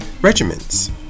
regiments